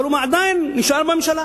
אבל הוא עדיין נשאר בממשלה